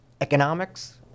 economics